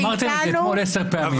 כבר אמרתם את זה אתמול עשר פעמים.